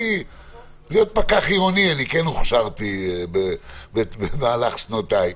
להיות פקח עירוני אני כן הוכשרתי במהלך שנותיי.